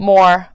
More